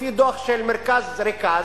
לפי דוח של מרכז "רכאז",